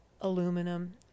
aluminum